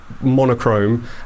monochrome